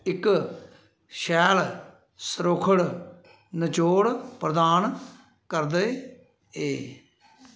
इक शैल सरोखड़ नचोड़ प्रदान करदे ऐ